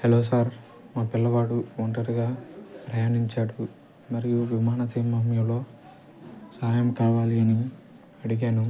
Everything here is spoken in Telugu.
హలో సార్ మా పిల్లవాడు ఒంటరిగా ప్రయాణించాడు మరియు విమానాశ్రయంలో సహాయం కావాలి అని అడిగాను